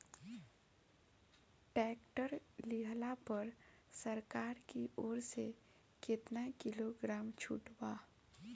Tractor लिहला पर सरकार की ओर से केतना किलोग्राम छूट बा?